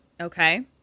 okay